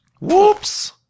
Whoops